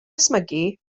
ysmygu